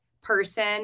person